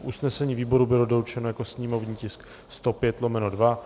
Usnesení výboru bylo doručeno jako sněmovní tisk 105/2.